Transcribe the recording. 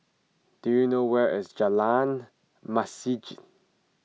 do you know where is Jalan Masjid